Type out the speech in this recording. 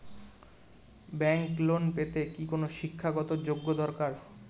Bank loan পেতে কি কোনো শিক্ষা গত যোগ্য দরকার?